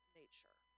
nature